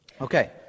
Okay